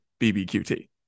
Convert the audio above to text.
BBQT